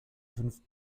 fünf